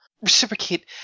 reciprocate